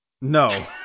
No